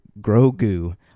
Grogu